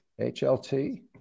HLT